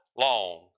long